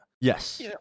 Yes